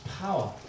power